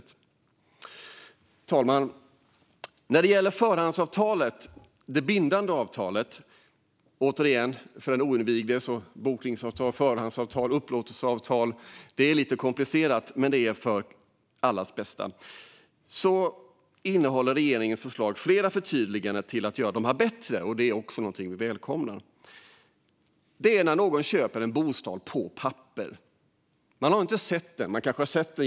Fru talman! När det gäller förhandsavtalet - det bindande avtalet - innehåller regeringens förslag flera förtydliganden för att göra dessa bättre. Det välkomnar vi. För den oinvigde kan bokningsavtal, förhandsavtal och upplåtelseavtal te sig komplicerat, men de finns för allas bästa. När någon köper en bostad på papper är information och dokumentation i ett förhandsavtal mycket bra.